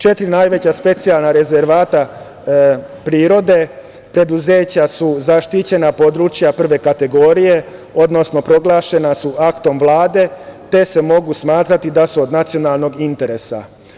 Četiri najveća specijalna rezervata prirode, preduzeća su zaštićena područja prve kategorije, odnosno proglašena su aktom Vlade, te se mogu smatrati da su od nacionalnog interesa.